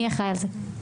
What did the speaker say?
מי אחראי על זה?